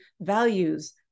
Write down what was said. values